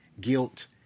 guilt